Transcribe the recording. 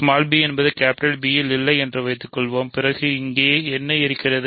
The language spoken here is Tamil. b என்பது P இல் இல்லை என்று வைத்துக்கொள்வோம் பிறகு இங்கே என்ன இருக்கிறது